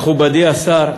מכובדי השר,